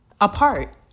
apart